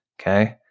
Okay